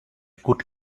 could